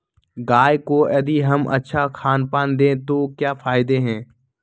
गाय को यदि हम अच्छा खानपान दें तो क्या फायदे हैं?